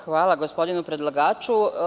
Hvala gospodinu predlagaču.